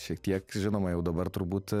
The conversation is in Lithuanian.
šiek tiek žinoma jau dabar turbūt